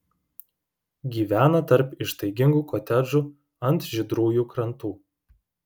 gyvena tarp ištaigingų kotedžų ant žydrųjų krantų